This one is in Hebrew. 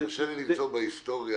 קשה לי למצוא בהיסטוריה,